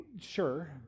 sure